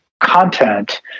content